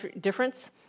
difference